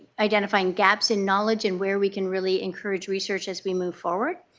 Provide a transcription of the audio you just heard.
identifying gaps in knowledge and where we can really encourage research as we move forward.